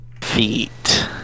Feet